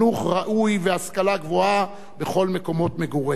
ראוי והשכלה גבוהה בכל מקומות מגוריהם.